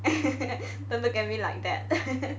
don't look at me like that